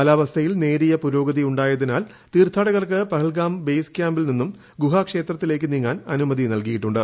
കാലാവസ്ഥയിൽ നേരിയ പുരോഗതി ഉണ്ടായതിനാൽ തീർത്ഥാടകർക്ക് പഹൽഗാം ബെയ്സ് കൃാമ്പിൽ നിന്നും ഗുഹാക്ഷേത്രത്തിലേക്ക് നീങ്ങാൻ അനുമതി നൽകിയിട്ടുണ്ട്